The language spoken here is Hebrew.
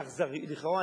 לכאורה,